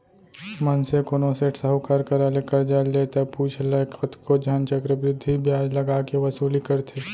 मनसे कोनो सेठ साहूकार करा ले करजा ले ता पुछ लय कतको झन चक्रबृद्धि बियाज लगा के वसूली करथे